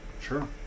Sure